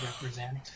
represent